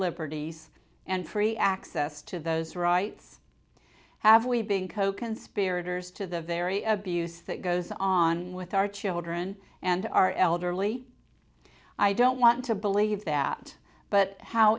liberties and free access to those rights have we been coconspirators to the very abuse that goes on with our children and our elderly i don't want to believe that but how